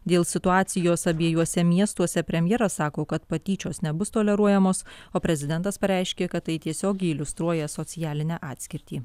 dėl situacijos abiejuose miestuose premjeras sako kad patyčios nebus toleruojamos o prezidentas pareiškė kad tai tiesiogiai iliustruoja socialinę atskirtį